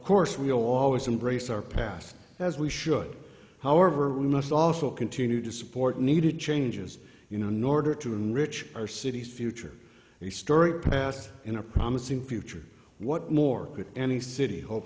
course we'll always embrace our past as we should however we must also continue to support needed changes you know nor to enrich our city's future a story passed in a promising future what more could any city hope